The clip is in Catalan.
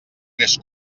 més